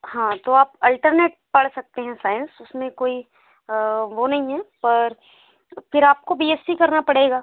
हाँ तो आप अल्टरनेट पढ़ सकते हैं साइंस उसमें कोई वो नहीं है पर फिर आप को बी एस सी करना पड़ेगा